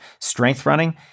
strengthrunning